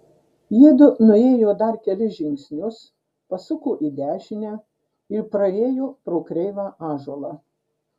jiedu nuėjo dar kelis žingsnius pasuko į dešinę ir praėjo pro kreivą ąžuolą